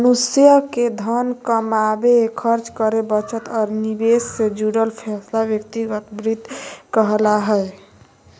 मनुष्य के धन कमावे, खर्च करे, बचत और निवेश से जुड़ल फैसला व्यक्तिगत वित्त कहला हय